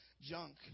junk